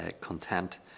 content